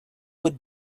would